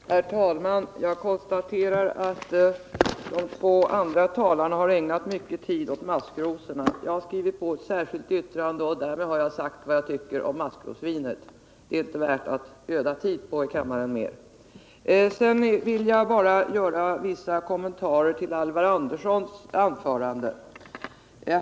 Herr talman! Jag konstaterar först att de två andra talarna har ägnat mycket tid åt maskrosorna. Jag har skrivit på ett särskilt yttrande, där jag har sagt vad jag tycker om maskrosvinet, så det är inte värt att jag ödar mer tid på det i kammaren. Sedan vill jag göra vissa kommentarer till Alvar Anderssons anförande.